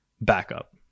backup